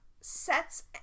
sets